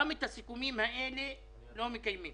גם את הסיכומים האלה לא מקיימים